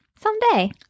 Someday